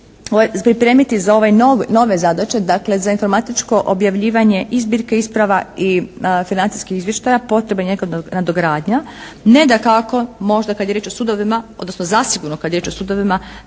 pripremiti za ovaj nove zadaće, dakle za informatičko objavljivanje i zbirke isprava i financijskih izvještaja potrebna je njegova nadogradnja, ne dakako možda kad je riječ o sudovima, odnosno zasigurno kada je riječ o sudovima